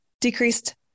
decreased